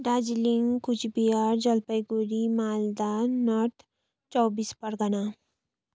Darjeeling Coochbehar Jalpaiguri Malda north Chobbis Pargana